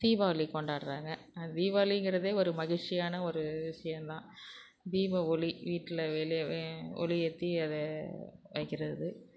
தீபாவளி கொண்டாடுறாங்க தீபாவாளிங்கறதே ஒரு மகிழ்ச்சியான ஒரு விஷயந்தான் தீப ஒளி வீட்டில வெளியே ஒளி ஏற்றி அதை வைக்கிறது